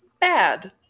bad